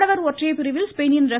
ஆடவர் ஒற்றையர் பிரிவில் ஸ்பெயினின் ர